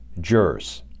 jurors